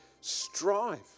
strive